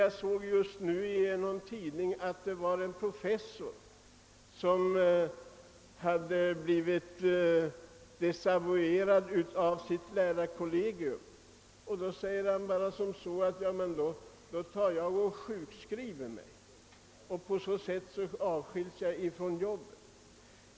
Jag såg just i en tidning att en professor, som blivit desavuerad av sitt lärarkollegium, helt enkelt förklarat att han skulle sjukskriva sig och på så sätt bli avskild från jobbet.